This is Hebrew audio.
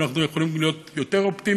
ואנחנו יכולים להיות יותר אופטימיים.